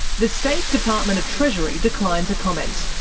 the state department of treasury declined to comment,